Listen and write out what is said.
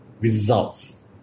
results